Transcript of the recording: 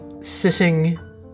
sitting